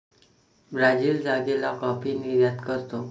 Brazil जागेला coffee निर्यात करतो